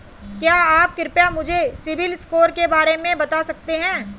क्या आप कृपया मुझे सिबिल स्कोर के बारे में बता सकते हैं?